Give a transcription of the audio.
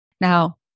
Now